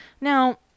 Now